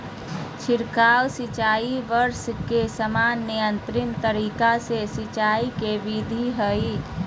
छिड़काव सिंचाई वर्षा के समान नियंत्रित तरीका से सिंचाई के विधि हई